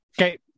Okay